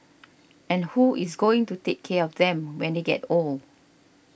and who is going to take care of them when they get old